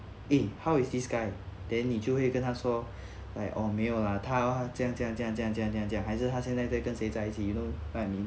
eh how is this guy then 你就会跟他说 eh oh 没有 lah 他这样这样这样怎样怎样怎样还是他现在在跟谁在一起 you know what I mean